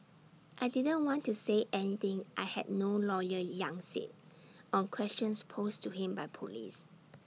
I didn't want to say anything I had no lawyer yang said on questions posed to him by Police